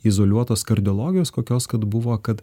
izoliuotos kardiologijos kokios kad buvo kad